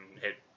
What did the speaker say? hit